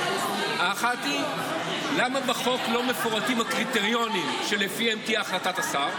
האחת: למה בחוק לא מפורטים הקריטריונים שלפיהם תהיה החלטת השר?